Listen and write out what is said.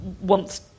wants